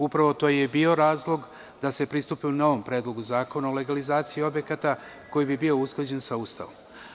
Upravo to je i bio razlog da se pristupi novom Predlogu zakona o legalizaciji objekata koji bi bio usklađen sa Ustavom.